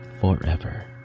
forever